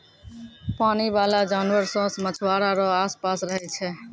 पानी बाला जानवर सोस मछुआरा रो आस पास रहै छै